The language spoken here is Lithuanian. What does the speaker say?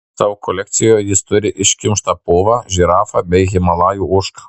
savo kolekcijoje jis turi iškimštą povą žirafą bei himalajų ožką